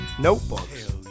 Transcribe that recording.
notebooks